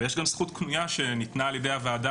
ויש גם זכות קנויה שניתנה על ידי הוועדה